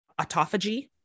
autophagy